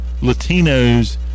Latinos